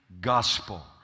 gospel